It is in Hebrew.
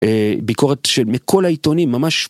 ביקורת ש.. מכל העיתונים ממש